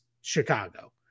chicago